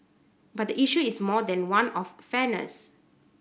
but the issue is more than one of fairness